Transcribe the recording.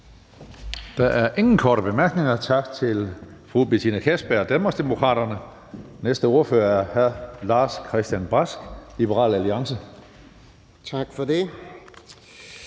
Der er ingen korte bemærkninger. Tak til fru Betina Kastbjerg, Danmarksdemokraterne. Næste ordfører er hr. Lars-Christian Brask, Liberal Alliance. Kl.